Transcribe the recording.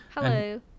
hello